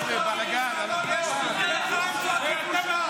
לך הם צועקים "בושה".